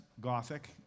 Gothic